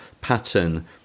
pattern